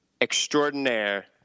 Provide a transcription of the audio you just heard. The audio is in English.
extraordinaire